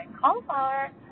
cauliflower